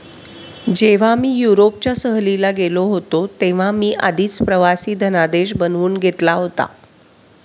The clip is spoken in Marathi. जेव्हा मी युरोपच्या सहलीला गेलो होतो तेव्हा मी आधीच प्रवासी धनादेश बनवून घेतला होता